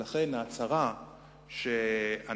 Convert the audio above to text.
ולכן ההצהרה שאנחנו